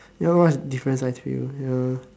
ya lor there's a difference actually ya